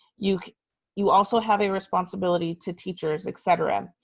you you also have a responsibility to teachers, et cetera.